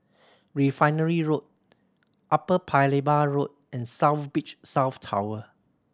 Refinery Road Upper Paya Lebar Road and South Beach South Tower